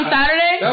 Saturday